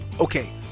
Okay